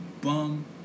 bum